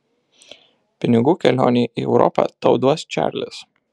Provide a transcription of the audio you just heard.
pinigų kelionei į europą tau duos čarlis